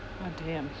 oh damn